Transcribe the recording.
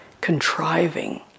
contriving